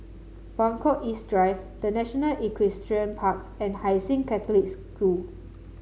Buangkok East Drive The National Equestrian Park and Hai Sing Catholic School